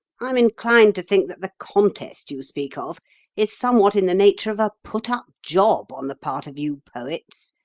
i am inclined to think that the contest you speak of is somewhat in the nature of a put-up job on the part of you poets.